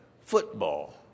football